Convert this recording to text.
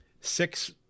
six